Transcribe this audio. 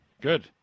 good